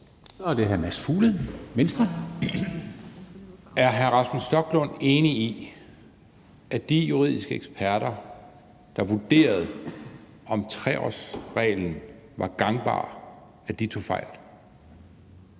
Kl. 13:40 Mads Fuglede (V): Er hr. Rasmus Stoklund enig i, at de juridiske eksperter, der vurderede, at 3-årsreglen var gangbar, tog fejl?